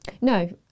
No